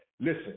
listen